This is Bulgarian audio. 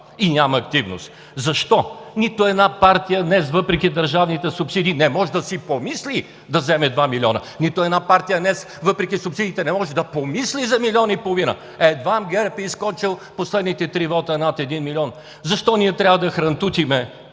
и няма активност?! Защо нито една партия днес, въпреки държавните субсидии, не може да си помисли да вземе 2 милиона?! Нито една партия днес, въпреки субсидиите, не може да помисли за милион и половина! Едвам ГЕРБ е изскочил в последните три вота над един милион. Защо ние трябва да хрантутим